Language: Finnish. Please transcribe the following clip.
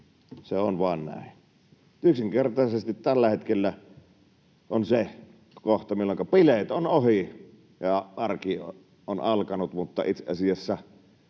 se on vaan näin. Yksinkertaisesti tällä hetkellä on meneillään se kohta, milloinka bileet ovat ohi ja arki alkanut — itse asiassa